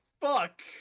fuck